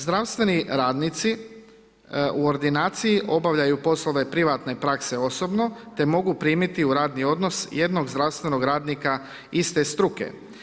Zdravstveni radnici u ordinaciji obavljaju poslove privatne prakse osobno, te mogu primiti u radni odnos jednog zdravstvenog radnika iste struke.